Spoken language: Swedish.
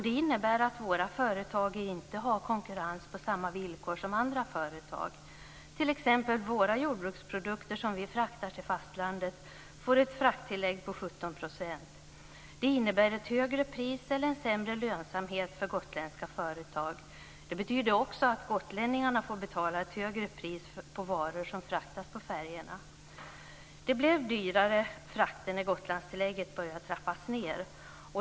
Det innebär att våra företag inte har konkurrens på samma villkor som andra företag. Våra jordbruksprodukter som vi fraktar till fastlandet får t.ex. ett frakttillägg på 17 %. Det innebär ett högre pris eller en sämre lönsamhet för gotländska företag. Det betyder också att gotlänningarna får betala ett högre pris på varor som fraktas på färjorna. Det blev dyrare frakter när Gotlandstillägget började trappas ned.